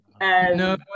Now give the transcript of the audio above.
No